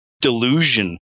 delusion